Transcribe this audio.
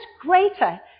greater